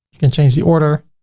can change the order.